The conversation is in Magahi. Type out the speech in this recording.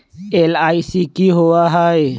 एल.आई.सी की होअ हई?